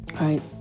right